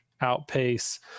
outpace